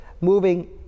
moving